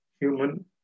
human